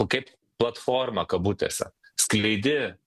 kaip platforma kabutėse skleidi